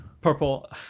Purple